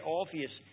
obvious